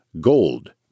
gold